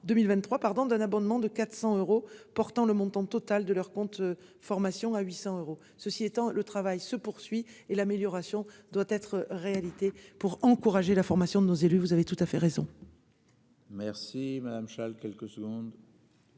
2023 pardon d'un abondement de 400 euros, portant le montant total de leur compte formation à 800 euros. Ceci étant, le travail se poursuit et l'amélioration doit être réalité pour encourager la formation de nos élus. Vous avez tout à fait raison. Merci madame Challes quelques secondes.